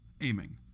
aiming